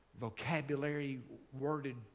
vocabulary-worded